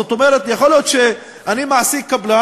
זאת אומרת, יכול להיות שאני מעסיק קבלן.